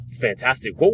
fantastic